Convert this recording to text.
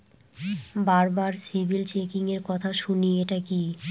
বারবার সিবিল চেকিংএর কথা শুনি এটা কি?